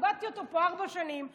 כיבדתי אותו פה ארבע שנים,